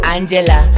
Angela